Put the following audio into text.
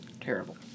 terrible